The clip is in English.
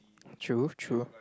true true